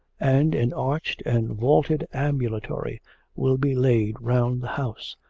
and an arched and vaulted ambulatory will be laid round the house.